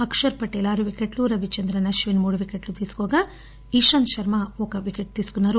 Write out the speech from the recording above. అక్షర్ పటేల్ ఆరు వికెట్టు రవిచంద్రస్ అశ్విన్ మూడు వికెట్లు తీసుకోగా ఇషాంత్ శర్మ ఒక వికెట్ తీసుకున్నారు